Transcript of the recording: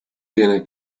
viene